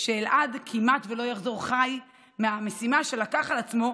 שאלעד כמעט לא יחזור חי מהמשימה שלקח על עצמו,